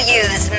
use